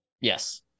Yes